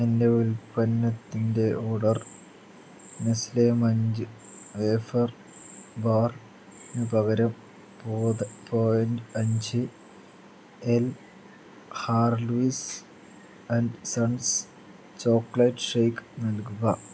എന്റെ ഉൽപ്പന്നത്തിന്റെ order Nestle Munch wafer ബാറിന് പകരം പോത് പോയിൻ്റ് അഞ്ച് L Harvills and sons chocolate shake നൽകുക